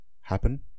happen